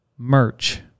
Merch